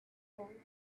called